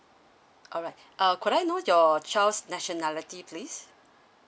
alright uh could I know your child's nationality please